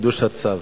חידוש המצב.